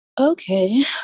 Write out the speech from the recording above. Okay